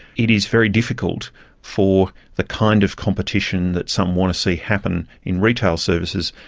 it is very difficult for the kind of competition that some want to see happen in retail services,